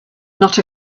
not